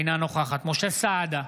אינה נוכחת משה סעדה,